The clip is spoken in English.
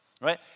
right